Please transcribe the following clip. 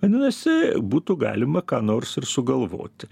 vadinasi būtų galima ką nors ir sugalvoti